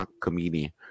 comedian